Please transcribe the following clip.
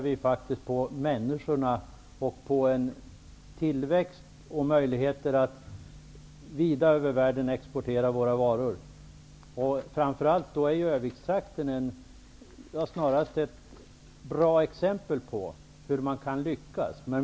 Vi satsar på människor, tillväxt och vid export av varor över världen. Trakten runt framför allt Örnsköldsvik är ett bra exempel på att man kan lyckas.